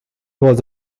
was